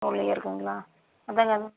உள்ளேயே இருக்கும்ங்களா அதான்ங்க